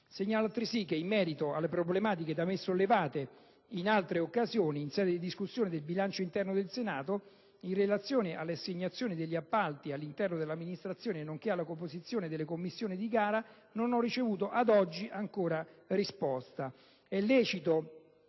Segnalo altresì che, in merito alle problematiche da me sollevate in altre occasioni (in sede di discussione del bilancio interno del Senato) in relazione alla assegnazione degli appalti all'interno dell'amministrazione, nonché alla composizione delle commissioni di gara non ho ricevuto ad oggi alcuna risposta.